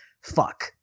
fuck